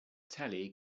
tele